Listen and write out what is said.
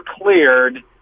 cleared